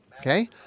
Okay